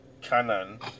canon